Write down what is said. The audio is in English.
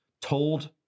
told